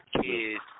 kids